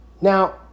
Now